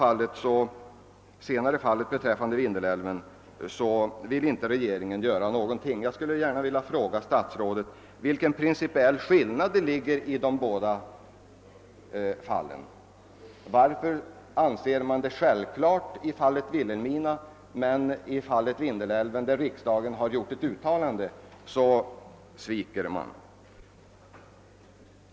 Jag vill nu ytterligare fråga statsrådet vilken principiell skillnad som han anser föreligga i regeringens ansvar att skapa ersättningssysselsättning i fallen Stekenjokk och Vindelälven. Varför anser regeringen det självklart i fallet Vilhelmina, medan man inte gör någonting i fallet Vindelälven, trots att det t.o.m. finns ett uttalande därom från riksdagen?